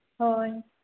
ᱦᱳᱭ